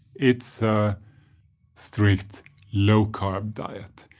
it's a strict low-carb diet,